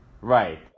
right